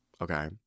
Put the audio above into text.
Okay